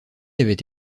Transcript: avait